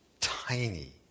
tiny